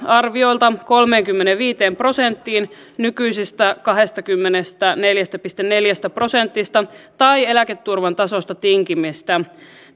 arviolta kolmeenkymmeneenviiteen prosenttiin nykyisestä kahdestakymmenestäneljästä pilkku neljästä prosentista tai eläketurvan tasosta tinkimistä